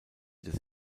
des